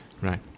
right